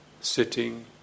sitting